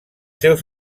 seus